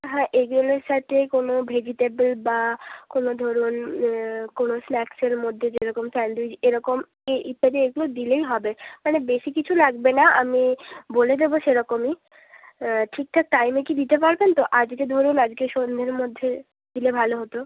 হ্যাঁ এগ রোলের সাথে কোনও ভেজিটেবেল বা কোনও ধরুন কোনো স্ন্যাক্সের মধ্যে যেরকম স্যান্ডউইচ এরকম ইয়ে ইত্যাদি এগুলো দিলেই হবে মানে বেশি কিছু লাগবেনা আমি বলে দেব সেরকমই ঠিকঠাক টাইমে কি দিতে পারবেন তো আজকে ধরুন আজকে সন্ধের মধ্যে দিলে ভালো হত